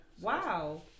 Wow